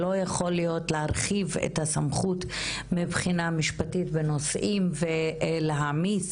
לא יכול להיות להרחיב את הסמכות מבחינה משפטית בנושאים ולהעמיס